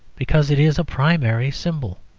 because it is a primary symbol.